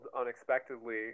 unexpectedly